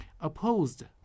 opposed